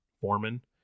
foreman